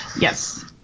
yes